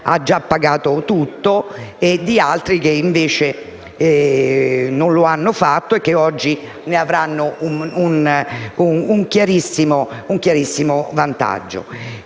ha già pagato tutto rispetto ad altri che invece non lo hanno fatto e che oggi ne avranno un evidente vantaggio.